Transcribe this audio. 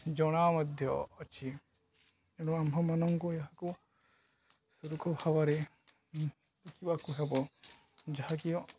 ଜଣା ମଧ୍ୟ ଅଛି ଏଣୁ ଆମ୍ଭମାନଙ୍କୁ ଏହାକୁ ସୁରକ୍ଷା ଭାବରେ ରଖିବାକୁ ହେବ ଯାହାକି